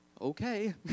okay